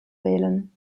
wählen